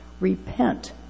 Repent